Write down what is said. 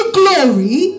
glory